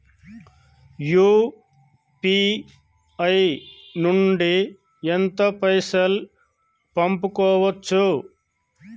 UPI నుండి ఎంత పైసల్ పంపుకోవచ్చు?